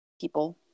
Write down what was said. people